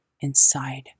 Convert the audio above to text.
inside